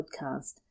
podcast